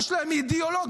יש להן אידיאולוגיה.